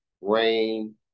rain